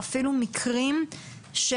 אפילו מקרים של